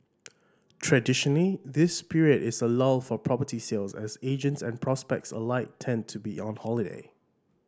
traditionally this period is a lull for property sales as agents and prospects alike tend to be on holiday